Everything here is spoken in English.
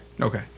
Okay